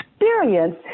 experience